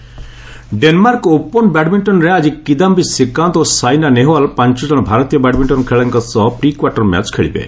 badminton Denmark Open ବ୍ୟାଡମିଣ୍ଟନରେ ଆଜି କିଦାୟି ଶ୍ରୀକାନ୍ତ ଓ ସାଇନା ନେହୱାଲ ପାଞ୍ଚଜଣ ଭାରତୀୟ ବ୍ୟାଡମିଶ୍ଚନ ଖେଳାଳିଙ୍କ ସହ ପ୍ରିକ୍ତାର୍ଟର ମ୍ୟାଚ୍ ଖେଳିବେ